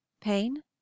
Pain